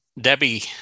Debbie